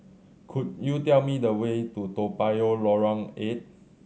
could you tell me the way to Toa Payoh Lorong Eight